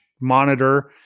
monitor